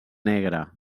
negre